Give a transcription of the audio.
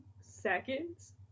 seconds